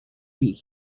week